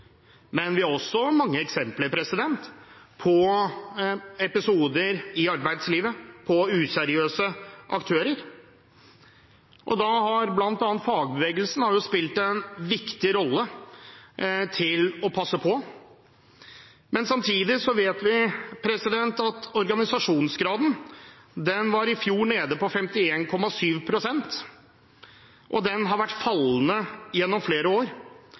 Men vi har også mange eksempler på episoder i arbeidslivet med useriøse aktører, og da har bl.a. fagbevegelsen spilt en viktig rolle med hensyn til å passe på. Men samtidig vet vi at organisasjonsgraden i fjor var nede på 51,7 pst., og den har vært fallende gjennom flere år.